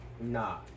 Nah